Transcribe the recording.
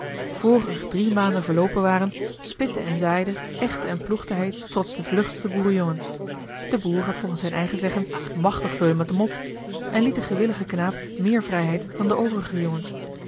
er drie maanden verloopen waren spitte en zaaide egde en ploegde hij trots den vlugsten boerenjongen de boer had volgens zijn eigen zeggen machtig veul met hem op en liet den gewilligen knaap meer vrijheid dan den overigen jongens